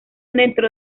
dentro